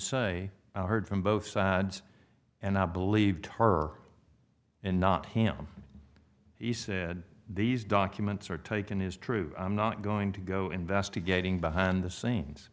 say i heard from both sides and i believed her and not him he said these documents are taken is true i'm not going to go investigating behind the scenes